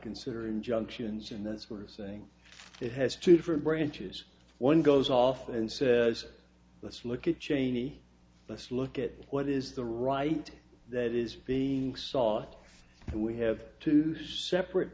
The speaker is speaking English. consider injunctions and then sort of saying it has two different branches one goes off and says let's look at cheney let's look at what is the right that is being sought and we have two separate